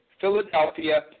Philadelphia